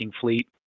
fleet